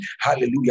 Hallelujah